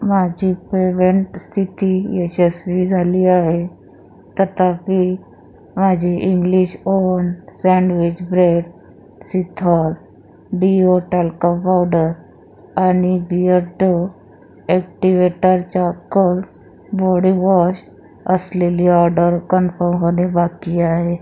माझी पेमेंट स्थिती यशस्वी झाली आहे तथापि माझी इंग्लिश ओल्ड सँडविच ब्रेड सिथाॅल डीओ टालकम पावडर आणि बिअर्टो ॲक्टीवेटर चारकोल बॉडीवॉश असलेली ऑर्डर कन्फर्म होणे बाकी आहे